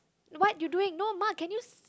what you doing no ma can you